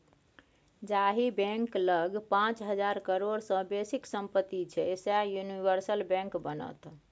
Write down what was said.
जाहि बैंक लग पाच हजार करोड़ सँ बेसीक सम्पति छै सैह यूनिवर्सल बैंक बनत